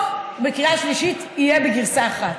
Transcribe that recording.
בקריאה שלישית תהיה גרסה אחת.